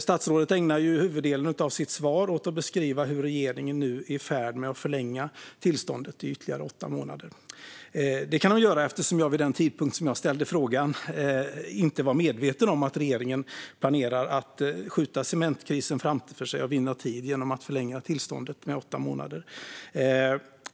Statsrådet ägnar huvuddelen av sitt svar åt att beskriva att regeringen är i färd med att förlänga tillståndet i ytterligare åtta månader. Det kan hon göra eftersom jag vid den tidpunkt då jag ställde frågan inte var medveten om att regeringen planerade att skjuta cementkrisen framför sig och vinna tid genom att förlänga tillståndet med åtta månader.